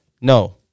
No